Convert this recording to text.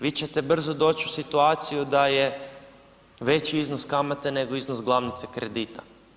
Vi ćete brzo doći u situaciju da je veći iznos kamate nego iznos glavnice kredita.